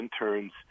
interns